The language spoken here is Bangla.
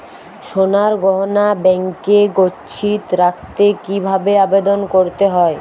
সোনার গহনা ব্যাংকে গচ্ছিত রাখতে কি ভাবে আবেদন করতে হয়?